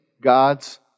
God's